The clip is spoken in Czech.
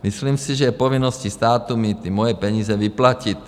Myslím si, že je povinností státu mi ty moje peníze vyplatit.